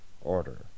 order